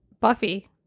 buffy